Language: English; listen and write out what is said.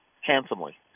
handsomely